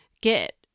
get